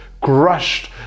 crushed